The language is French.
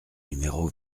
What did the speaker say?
numéro